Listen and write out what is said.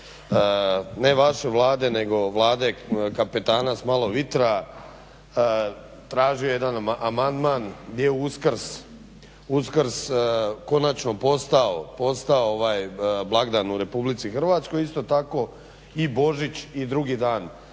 ne vaše Vlade nego Vlade kapetana s malo vitra tražio jedan amandman gdje je Uskrs konačno postao blagdan u RH, isto tako i Božić i drugi dan